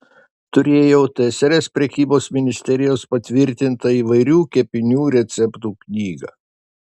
turėjau tsrs prekybos ministerijos patvirtintą įvairių kepinių receptų knygą